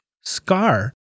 scar